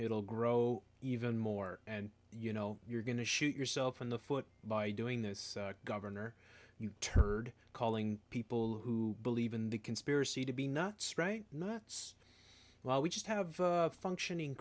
it'll grow even more and you know you're going to shoot yourself in the foot by doing this gov you turd calling people who believe in the conspiracy to be nuts right nuts while we just have a functioning